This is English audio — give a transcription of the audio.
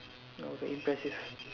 oh but impressive